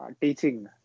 teaching